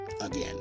Again